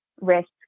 risk